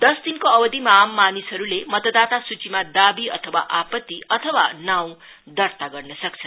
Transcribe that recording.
दश दिनको अवधिमा आम मानिसहरूले मतदाता सूचिमा दावी अथवा आपति अथवा नाँउ दर्ता गर्न सक्छन्